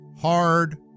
Hard